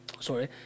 Sorry